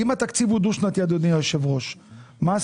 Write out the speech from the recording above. אם התקציב הוא דו-שנתי,